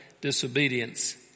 disobedience